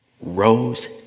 rose